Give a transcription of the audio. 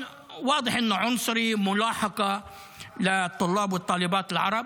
מי שעובד בהוראה ולומד במכללות ואוניברסיטאות פלסטיניים,